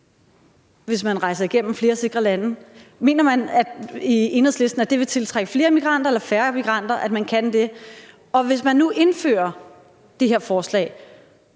hvis man rejser igennem flere sikre lande? Mener man i Enhedslisten, at det vil tiltrække flere migranter eller færre migranter, at man kan det? Og